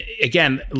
again